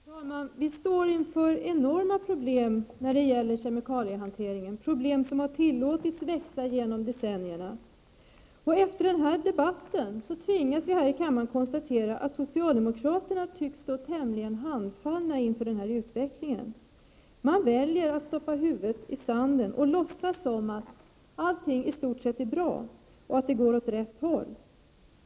Fru talman! Vi står inför enorma problem när det gäller kemikaliehanteringen, problem som har tillåtits växa genom decennierna. Efter denna debatt tvingas vi här i kammaren att konstatera att socialdemokraterna tycks stå tämligen handfallna inför denna utveckling. Man väljer att stoppa huvudet i sanden och låtsas som att allting i stort sett är bra och att utvecklingen går åt rätt håll.